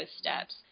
steps